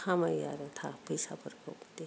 खामायो आरो थाखा फैसाफोरखौ बिदि